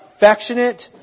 affectionate